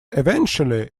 eventually